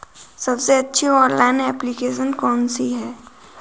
सबसे अच्छी online application कौन सी है?